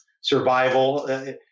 survival